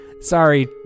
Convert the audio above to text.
Sorry